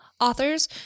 authors